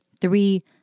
Three